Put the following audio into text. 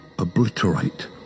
obliterate